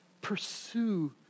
Pursue